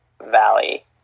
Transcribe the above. Valley